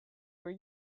where